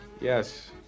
Yes